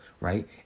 right